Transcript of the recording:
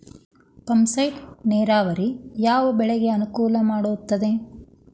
Pump set ನೇರಾವರಿ ಯಾವ್ ಬೆಳೆಗೆ ಅನುಕೂಲ ಮಾಡುತ್ತದೆ?